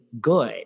good